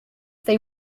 they